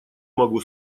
могу